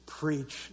preach